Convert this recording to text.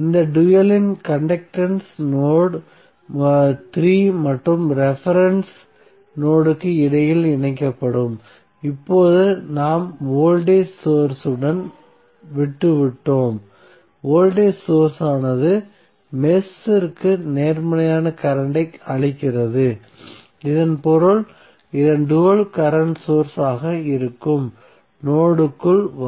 இந்த டூயலின் conductance node 3 மற்றும் ரெபரென்ஸ் நோட்க்கு இடையில் இணைக்கப்படும் இப்போது நாம் வோல்டேஜ் சோர்ஸ் உடன் விட்டு விட்டோம் வோல்டேஜ் சோர்ஸ் ஆனது இந்த மெஷ் க்கு நேர்மறை கரண்ட் ஐ அளிக்கிறது இதன் பொருள் இதன் டூயல் கரண்ட் சோர்ஸ் ஆக இருக்கும் நோடுக்குள் வரும்